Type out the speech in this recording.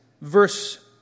verse